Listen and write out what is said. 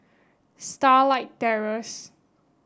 Starlight Terrace